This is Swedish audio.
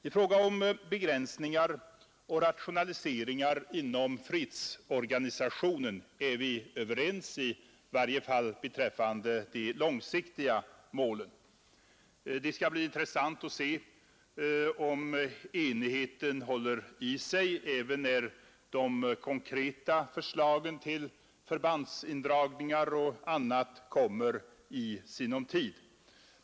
I fråga om begränsningar och rationaliseringar inom fredsorganisationen är vi överens, i varje fall beträffande de långsiktiga målen. Det skall bli intressant att se om enigheten håller i sig även när de konkreta förslagen till förbandsindragningar och annat kommer i sinom tid.